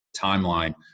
timeline